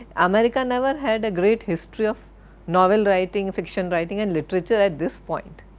america never had a great history of novel writing, fiction writing and literature at this point.